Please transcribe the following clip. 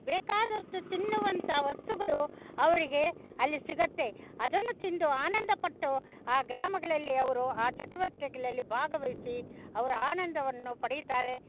ಬೇಕಾದಷ್ಟು ತಿನ್ನುವಂಥ ವಸ್ತುಗಳು ಅವರಿಗೆ ಅಲ್ಲಿ ಸಿಗುತ್ತೆ ಅದನ್ನು ತಿಂದು ಆನಂದಪಟ್ಟು ಆ ಗ್ರಾಮಗಳಲ್ಲಿ ಅವರು ಆ ಚಟುವಟಿಕೆಗಳಲ್ಲಿ ಭಾಗವಹಿಸಿ ಅವರು ಆನಂದವನ್ನು ಪಡೀತಾರೆ